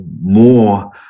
more